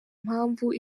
mpamvu